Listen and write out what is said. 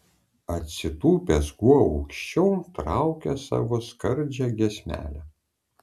atsitūpęs kuo aukščiau traukia savo skardžią giesmelę